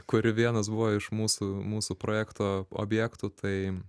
kurių vienas buvo iš mūsų mūsų projekto objektų tai